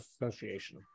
association